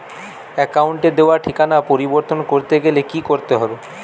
অ্যাকাউন্টে দেওয়া ঠিকানা পরিবর্তন করতে গেলে কি করতে হবে?